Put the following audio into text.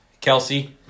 Kelsey